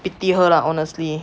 pity her lah honestly